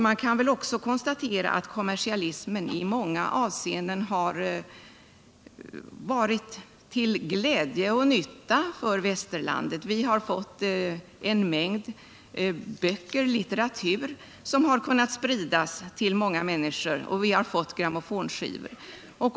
Man kan väl också konstatera att kommersialismen i många avseenden har varit till glädje och nytta för kulturen. Vi har fått en mängd litteratur som har kunnat spridas till många människor, och vi har fått grammofonskivor.